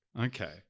Okay